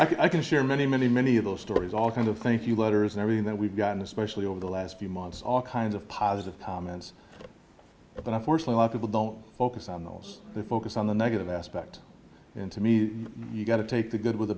all i can share many many many of those stories all kind of thank you letters and everything that we've gotten especially over the last few months all kinds of positive comments about unfortunately people don't focus on those the focus on the negative aspect and to me you got to take the good with the